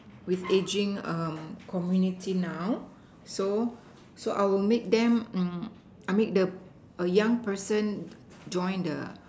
with aging a community now so so I will make them um I make the a young person join the